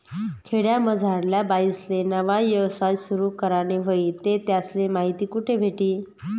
खेडामझारल्या बाईसले नवा यवसाय सुरु कराना व्हयी ते त्यासले माहिती कोठे भेटी?